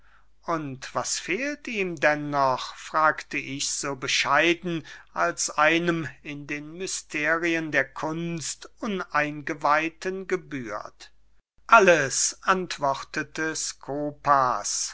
und was fehlt ihm denn noch fragte ich so bescheiden als einem in den mysterien der kunst uneingeweihten gebührt alles antwortete